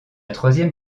troisième